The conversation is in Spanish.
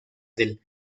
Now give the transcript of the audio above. del